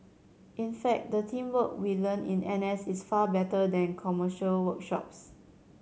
in fact the teamwork we learn in N S is far better than commercial workshops